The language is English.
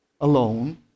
alone